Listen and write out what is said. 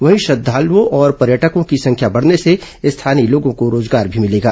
वहीं श्रद्धालुओं और पर्यटकों की संख्या बढ़ने से स्थानीय लोगों को रोजगार भी मिलेगा